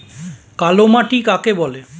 কালোমাটি কাকে বলে?